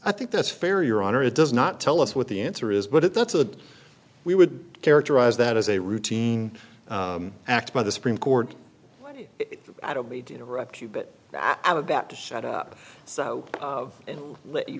i think that's fair your honor it does not tell us what the answer is but if that's what we would characterize that as a routine act by the supreme court i don't need to interrupt you but i'm about to shut up so and let you